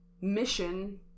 mission